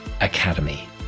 Academy